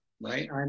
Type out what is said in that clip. right